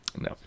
no